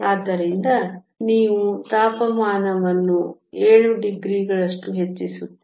ಆದ್ದರಿಂದ ನೀವು ತಾಪಮಾನವನ್ನು 7 ಡಿಗ್ರಿಗಳಷ್ಟು ಹೆಚ್ಚಿಸುತ್ತೀರಿ